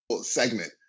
segment